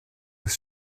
was